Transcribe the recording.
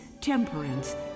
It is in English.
temperance